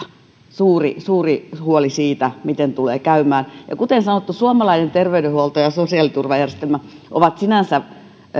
suuri suuri huoli siitä miten tulee käymään ja kuten sanottu suomalainen terveydenhuolto ja sosiaaliturvajärjestelmä ovat sinänsä